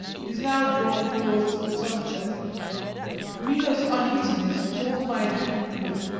it is now drawing towards the sunset mina's uneasiness calls my attention to it.